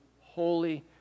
Holy